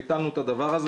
ביטלנו את זה.